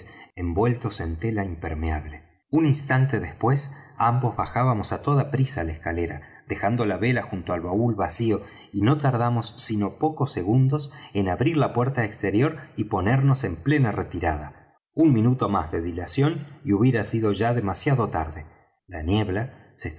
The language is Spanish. envueltos en tela impermeable un instante después ambos bajábamos á toda prisa la escalera dejando la vela junto al baúl vacío y no tardamos sino pocos segundos en abrir la puerta exterior y ponernos en plena retirada un minuto más de dilación y hubiera sido ya demasiado tarde la niebla se